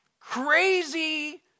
crazy